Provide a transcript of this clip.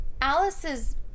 Alice's